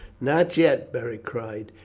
not yet, beric cried.